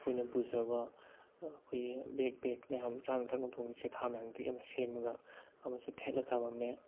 ꯑꯩꯈꯣꯏꯅ ꯄꯨꯖꯕ ꯑꯩꯈꯣꯏꯒꯤ ꯕꯦꯛ ꯄꯦꯛ ꯃꯌꯥꯝ ꯆꯥꯅ ꯊꯛꯅꯕ ꯄꯨꯕ ꯆꯦꯊꯥ ꯃꯌꯥꯝꯗꯨꯗꯒꯤ ꯑꯃ ꯁꯦꯝꯃꯒ ꯑꯃꯁꯨ ꯊꯦꯠꯂ ꯊꯃꯝꯃꯦ